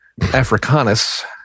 Africanus